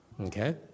Okay